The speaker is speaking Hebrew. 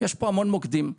יש פה המון מוקדם,